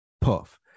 Puff